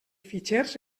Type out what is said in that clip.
fitxers